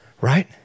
right